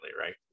right